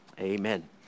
amen